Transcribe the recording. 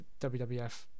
WWF